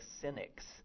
cynics